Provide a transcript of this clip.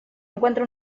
encuentra